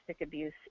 abuse